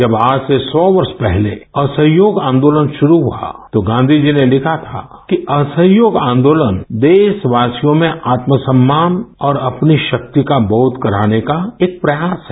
जब आज से सौ वर्ष पहले असहयोग आदोलन शुरू हुआ तो गांवी जी ने लिखा था कि असहर्योग आन्दोलन देशवासियों में आत्मसम्मान और अपनी राक्ति का बोष कराने का एक प्रयास है